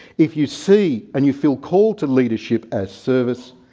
if you see and you feel called to leadership as service,